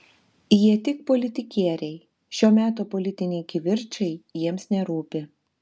jie tik politikieriai šio meto politiniai kivirčai jiems nerūpi